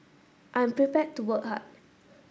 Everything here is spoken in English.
I'm prepared to work hard